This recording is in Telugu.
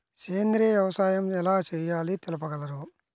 సేంద్రీయ వ్యవసాయం ఎలా చేయాలో తెలుపగలరు?